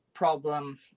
Problem